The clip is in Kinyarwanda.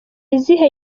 izihe